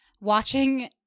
watching